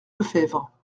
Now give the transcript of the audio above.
lefebvre